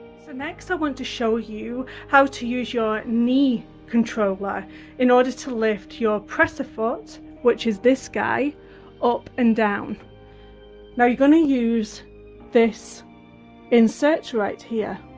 so next i want to show you how to use your knee controller in order to lift your presser foot which is this guy up and down now you're going to use this insert right here